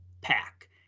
pack